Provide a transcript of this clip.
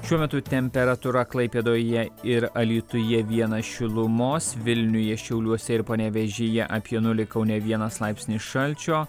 šiuo metu temperatūra klaipėdoje ir alytuje vienas šilumos vilniuje šiauliuose ir panevėžyje apie nulį kaune vienas laipsnis šalčio